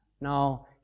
No